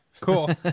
cool